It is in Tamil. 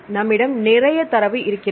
நம்மிடம் நிறைய தரவு இருக்கிறது